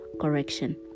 correction